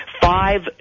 five